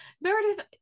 Meredith